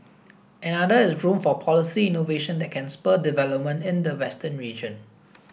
another is room for policy innovation that can spur development in the western region